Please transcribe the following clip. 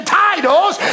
titles